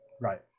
Right